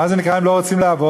מה זה נקרא "הם לא רוצים לעבוד"?